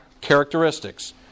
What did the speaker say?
characteristics